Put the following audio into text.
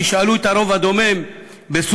תשאלו את הרוב הדומם בסוריה,